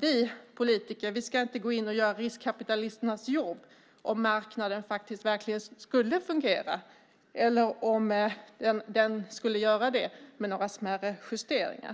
Vi politiker ska inte gå in och göra riskkapitalisternas jobb om marknaden verkligen skulle fungera eller om den skulle göra det med några smärre justeringar.